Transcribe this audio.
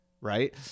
Right